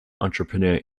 entrepreneur